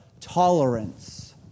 tolerance